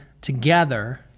together